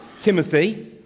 Timothy